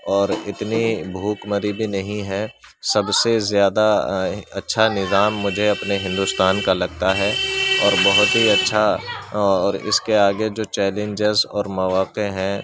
اور اتنی بھوک مری بھی نہیں ہے سب سے زیادہ اچھا نظام مجھے اپنے ہندوستان کا لگتا ہے اور بہت ہی اچّھا اس کے آگے جو چیلنجیز اور مواقع ہیں